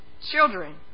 Children